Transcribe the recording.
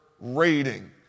rating